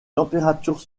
températures